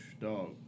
dog